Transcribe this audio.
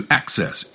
access